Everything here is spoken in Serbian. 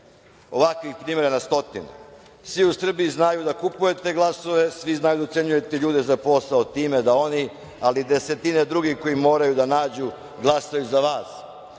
Ovakvih primera je na stotine. Svi u Srbiji znaju da kupujete glasove, svi znaju da ucenjujete ljude za posao, ali i desetine drugih koji moraju da nađu, glasaju za vas. Svi